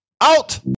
Out